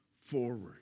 forward